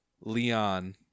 leon